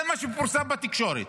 זה מה שפורסם בתקשורת.